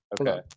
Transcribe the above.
Okay